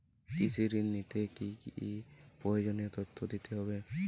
কৃষি ঋণ নিতে কি কি প্রয়োজনীয় তথ্য দিতে হবে?